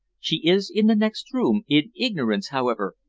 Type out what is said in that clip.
she is in the next room, in ignorance, however,